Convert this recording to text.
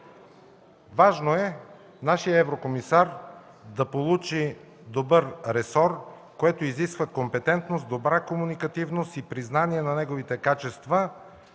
Важно е нашият еврокомисар да получи добър ресор, което изисква компетентност, добра комуникативност и признание на неговите качества,